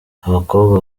abakobwa